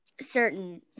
certain